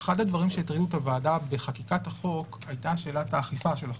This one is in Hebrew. אחד הדברים שהטרידו את הוועדה בחקיקת החוק היה שאלת האכיפה של החוק.